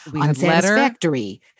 unsatisfactory